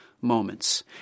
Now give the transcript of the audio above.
moments